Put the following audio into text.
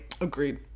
agreed